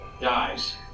dies